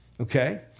Okay